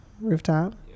rooftop